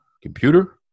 Computer